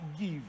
Give